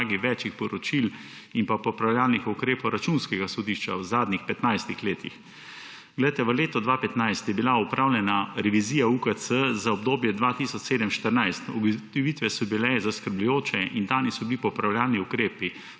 več poročil in popravljalnih ukrepov Računskega sodišča v zadnjih 15 letih. V letu 2015 je bila opravljena revizija UKC za obdobje 2007–2014. Ugotovitve so bile zaskrbljujoče in dani so bili popravljalni ukrepi,